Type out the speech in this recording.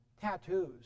Tattoos